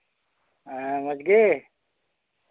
ᱢᱚᱡᱽᱜᱮ